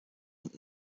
und